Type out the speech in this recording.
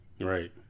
Right